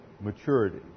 maturity